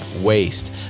waste